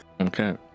Okay